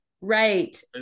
Right